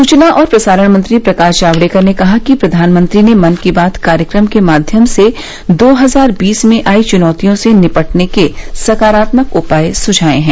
सूचना और प्रसारण मंत्री प्रकाश जावड़ेकर ने कहा कि प्रधानमंत्री ने मन की बात कार्यक्रम के माध्यम से दो हजार बीस में आई चूनौतियों से निपटने के सकारात्मक उपाय सुझाए हैं